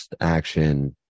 action